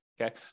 Okay